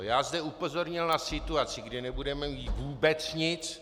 Já zde upozornil na situaci, kdy nebude mít vůbec nic.